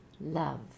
love